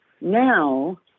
now